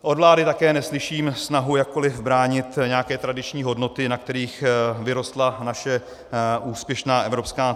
Od vlády také neslyším snahu jakkoliv bránit nějaké tradiční hodnoty, na kterých vyrostla naše úspěšná evropská civilizace.